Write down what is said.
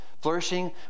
Flourishing